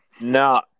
No